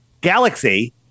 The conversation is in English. galaxy